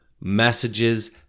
messages